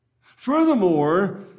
Furthermore